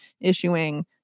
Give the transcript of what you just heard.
issuing